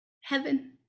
Heaven